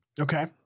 Okay